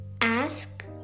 ask